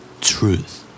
Truth